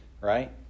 right